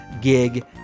Gig